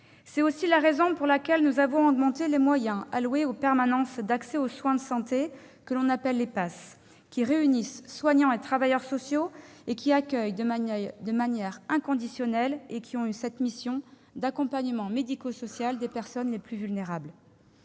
C'est aussi la raison pour laquelle nous avons augmenté les moyens alloués aux permanences d'accès aux soins de santé, les PASS, qui réunissent soignants et travailleurs sociaux, accueillent de manière inconditionnelle et exercent cette mission d'accompagnement médico-social des personnes les plus vulnérables.